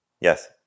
yes